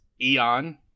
Eon